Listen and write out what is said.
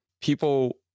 people